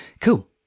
Cool